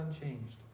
unchanged